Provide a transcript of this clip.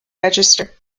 register